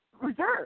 reserve